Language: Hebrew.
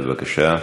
בבקשה.